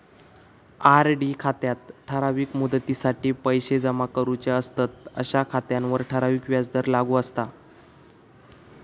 RD खात्यात ठराविक मुदतीसाठी पैशे जमा करूचे असतंत अशा खात्यांवर ठराविक व्याजदर लागू असता